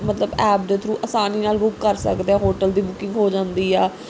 ਮਤਲਬ ਐਪ ਦੇ ਥਰੂ ਆਸਾਨੀ ਨਾਲ ਬੁੱਕ ਕਰ ਸਕਦੇ ਹੋਟਲ ਦੀ ਬੁਕਿੰਗ ਹੋ ਜਾਂਦੀ ਆ